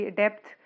depth